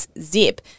zip